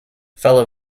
fellow